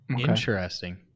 Interesting